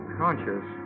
conscious